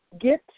get